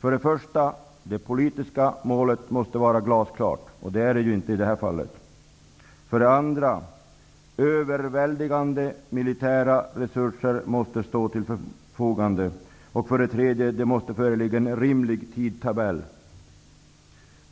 För det första måste det politiska målet måste var glasklart. Det är det ju inte i det här fallet. För det andra måste överväldigande militära resurser stå till förfogande. För det tredje måste det föreligga en rimlig tidtabell.